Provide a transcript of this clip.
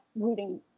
rooting